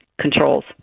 controls